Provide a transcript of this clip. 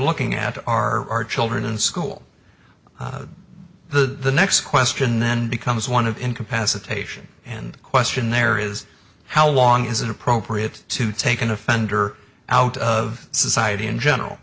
looking at are children in school the next question then becomes one of incapacitation and question there is how long is it appropriate to take an offender out of society in general